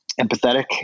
empathetic